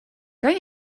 kan